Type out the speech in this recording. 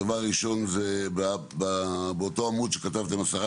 הדבר הראשון זה באותו עמוד שכתבתם הסרת